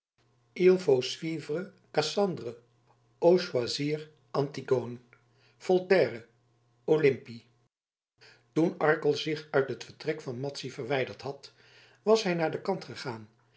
suivre cassandre ou choisir antigone voltaire olympie toen arkel zich uit het vertrek van madzy verwijderd had was hij naar den kant gegaan